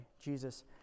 Jesus